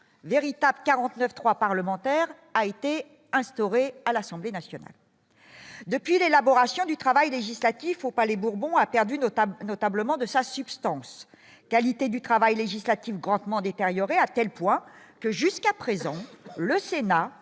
véritables 49 3 parlementaires a été instauré à l'Assemblée nationale depuis l'élaboration du travail législatif au Palais-Bourbon a perdu, notamment et notablement de sa substance, qualité du travail législatif grandement détériorée à telle point que jusqu'à présent, le Sénat